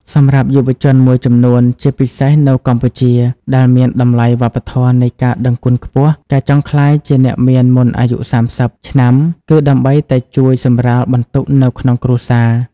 សម្រាប់យុវជនមួយចំនួន ជាពិសេសនៅកម្ពុជា ដែលមានតម្លៃវប្បធម៌នៃការដឹងគុណខ្ពស់ ការចង់ក្លាយជាអ្នកមានមុនអាយុ ៣០ ឆ្នាំ គឺដើម្បីតែជួយសម្រាលបន្ទុកនៅក្នុងគ្រួសារ។